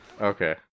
Okay